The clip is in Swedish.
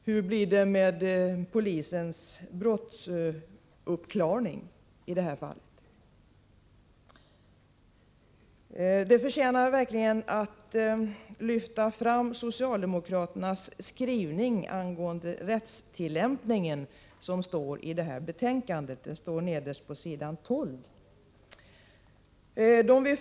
Hur blir det med polisens brottsuppklarning i det här fallet? Något som verkligen förtjänar att lyftas fram är socialdemokraternas skrivning angående rättstillämpningen; den återfinns nederst på s. 12 i betänkandet.